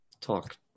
talk